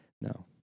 No